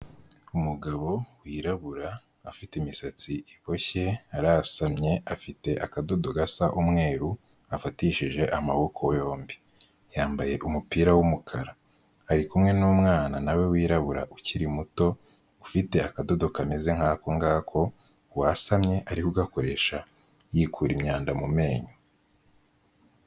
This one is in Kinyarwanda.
Umugabo wirabura afite imisatsi iboshye arasamye afite akadodo gasa umweru afatishije amaboko yombi, yambaye umupira w'umukara, ari kumwe n'umwana na we wirabura, ukiri muto, ufite akadodo kameze nk'ako ngako, wasamye ari kugakoresha yikura imyanda mu menyo.